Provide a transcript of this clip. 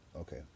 okay